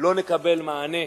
לא נקבל מענה,